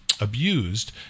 Abused